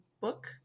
book